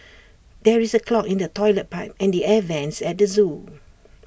there is A clog in the Toilet Pipe and the air Vents at the Zoo